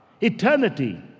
eternity